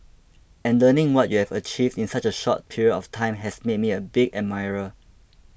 and learning what you have achieved in such a short period of time has made me a big admirer